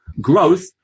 growth